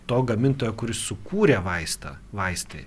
to gamintojo kuris sukūrė vaistą vaistai